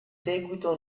seguito